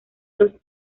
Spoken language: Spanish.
los